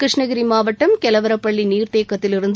கிருஷ்ணகிரி மாவட்டம் கெலவரப்பள்ளி நீர்த்தேக்கத்திலிருந்து